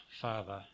Father